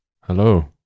Hello